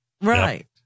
right